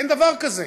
אין דבר כזה.